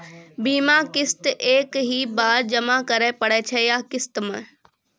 बीमा किस्त एक ही बार जमा करें पड़ै छै या किस्त मे?